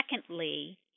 secondly